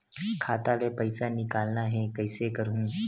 खाता ले पईसा निकालना हे, कइसे करहूं?